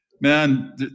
man